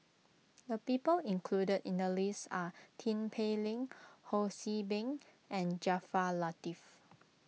the people included in the list are Tin Pei Ling Ho See Beng and Jaafar Latiff